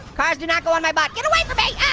cars do not go on my butt. get away from me, ah.